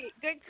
Good